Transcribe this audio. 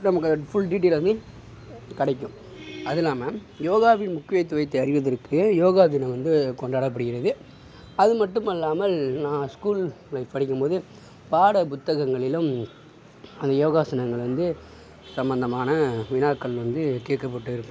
நமக்கு full detail வந்து கிடைக்கும் அதுவும் இல்லாமல் யோகாவின் முக்கியத்துவத்தை அறிவதற்கு யோகாதினம் வந்து கொண்டாடப்படுகிறது அதுமட்டுமில்லாமல் நான் ஸ்கூல் படிக்கும்போது பாட புத்தகங்களிலும் யோகாசனங்கள் வந்து சம்மந்தமான வினாக்கள் வந்து கேட்கப்பட்டுருக்கும்